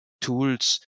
tools